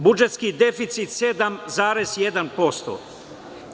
Budžetski deficit 7,1%